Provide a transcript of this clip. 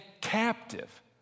captive